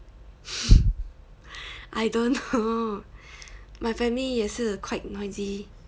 I don't know my family 也是 quite noisy